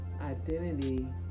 identity